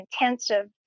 intensive